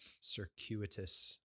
circuitous